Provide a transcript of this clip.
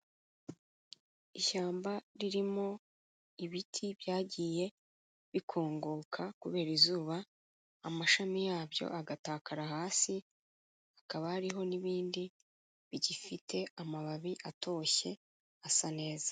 Ishyamba ririmo ibiti byagiye bikongoka kubera izuba amashami yabyo agatakara hasi, hakaba hariho n'ibindi bigifite amababi atoshye asa neza.